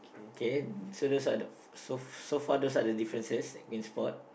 K so those are the so so far those are the differences I can spot